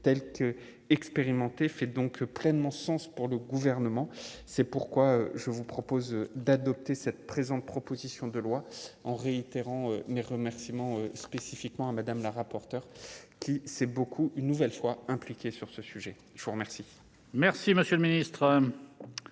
telle qu'expérimentée fait donc pleinement sens pour le gouvernement, c'est pourquoi je vous propose d'adopter cette présente proposition de loi en réitérant mes remerciements spécifiquement Madame la rapporteure c'est beaucoup une nouvelle fois impliqué sur ce sujet, je vous remercie. Merci monsieur le ministre,